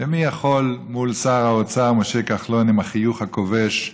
ומי יכול מול שר האוצר משה כחלון עם החיוך הכובש?